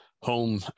home